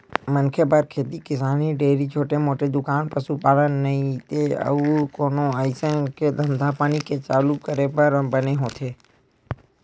मनखे बर खेती किसानी, डेयरी, छोटे मोटे दुकान, पसुपालन नइते अउ कोनो अइसन के धंधापानी के चालू करे बर बने होथे